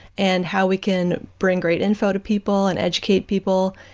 and how we can bring great info to people and educate people,